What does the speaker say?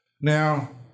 now